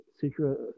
secret